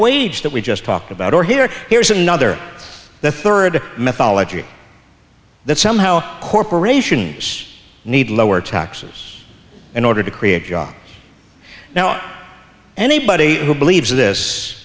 wage that we just talked about or here here's another the third mythology that somehow corporations need lower taxes in order to create jobs now anybody who believes this